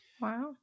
Wow